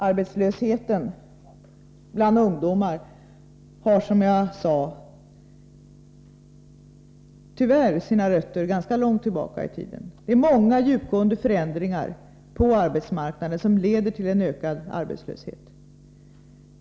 Arbetslösheten bland ungdomar har, som jag sade, tyvärr sina rötter ganska långt tillbaka i tiden. Det är många djupgående förändringar på arbetsmarknaden som leder till ökad arbetslöshet.